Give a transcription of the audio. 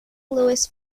louis